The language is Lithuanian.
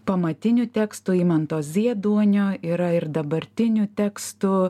pamatinių tekstų imanto zieduonio yra ir dabartinių tekstų